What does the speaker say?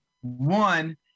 one